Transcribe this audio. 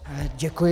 Děkuji.